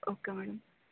okay madam